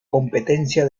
competencia